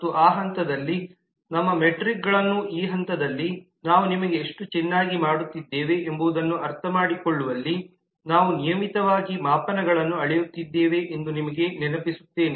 ಮತ್ತು ಆ ಹಂತದಲ್ಲಿ ನಮ್ಮ ಮೆಟ್ರಿಕ್ಗಳನ್ನು ಈ ಹಂತದಲ್ಲಿ ನಾವು ನಿಮಗೆ ಎಷ್ಟು ಚೆನ್ನಾಗಿ ಮಾಡುತ್ತಿದ್ದೇವೆ ಎಂಬುದನ್ನು ಅರ್ಥಮಾಡಿಕೊಳ್ಳುವಲ್ಲಿ ನಾವು ನಿಯಮಿತವಾಗಿ ಮಾಪನಗಳನ್ನು ಅಳೆಯುತ್ತಿದ್ದೇವೆ ಎಂದು ನಿಮಗೆ ನೆನಪಿಸುತ್ತೇನೆ